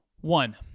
One